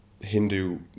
Hindu